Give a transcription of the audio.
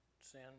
sin